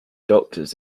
doctors